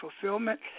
fulfillment